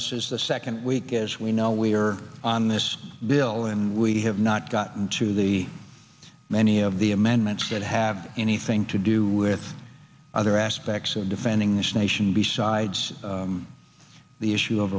this is the second week as we know we are on this bill and we have not gotten to the many of the amendments that have anything to do with other aspects of defending this nation besides the issue of